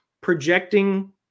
projecting